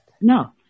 No